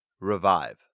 Revive